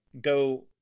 go